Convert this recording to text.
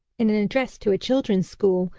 in an address to a children's school,